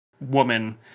woman